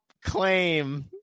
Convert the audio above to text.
claim